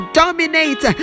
dominate